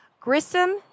Grissom